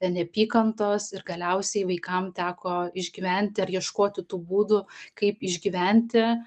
neapykantos ir galiausiai vaikam teko išgyventi ar ieškoti tų būdų kaip išgyventi